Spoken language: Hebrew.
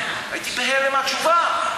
הייתי בהלם מהתשובה.